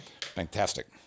Fantastic